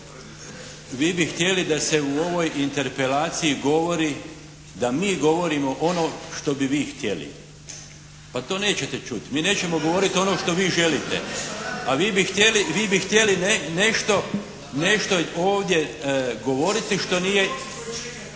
vi bi htjeli da se u ovoj Interpelaciji govori da mi govorimo ono što bi vi htjeli. Pa to nećete čuti. Mi nećemo govoriti ono što vi želite. A vi bi htjeli nešto ovdje govoriti što nije…